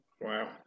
Wow